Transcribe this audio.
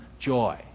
joy